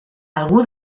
algú